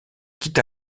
quitta